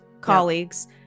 colleagues